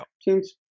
seems